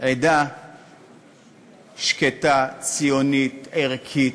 עדה שקטה, ציונית, ערכית,